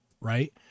right